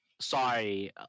Sorry